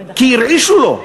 כי הרעישו לו,